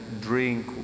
drink